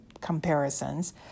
comparisons